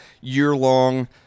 year-long